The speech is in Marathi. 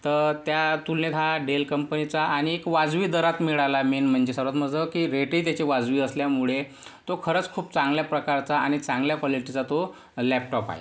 तर त्या तुलनेत हा डेल कंपनीचा आणि एक वाजवी दरात मिळाला मेन म्हणजे सर्वांत महत्त्वाचं की रेटही त्याचे वाजवी असल्यामुळे तो खरंच खूप चांगल्या प्रकारचा आणि चांगल्या क्वालिटीचा तो लॅपटॉप आहे